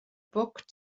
book